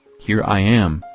here i am,